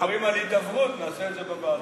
כשמדברים על הידברות, נעשה את זה בוועדה.